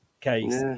case